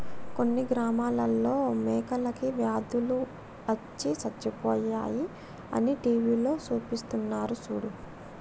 కొన్ని గ్రామాలలో మేకలకి వ్యాధులు అచ్చి సచ్చిపోయాయి అని టీవీలో సూపిస్తున్నారు సూడు